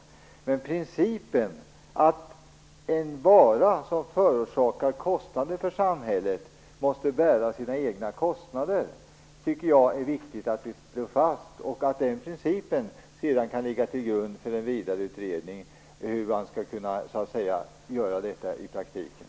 Men jag tycker att det är viktigt att slå fast principen att en vara som förorsakar kostnader för samhället måste bära sina egna kostnader, och den principen kan sedan ligga till grund för en vidare utredning om hur man skall kunna göra detta i praktiken.